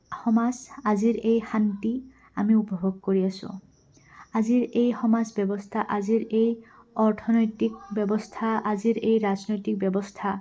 সমাজ আজিৰ এই শান্তি আমি উপভোগ কৰি আছোঁ আজিৰ এই সমাজ ব্যৱস্থা আজিৰ এই অৰ্থনৈতিক ব্যৱস্থা আজিৰ এই ৰাজনৈতিক ব্যৱস্থা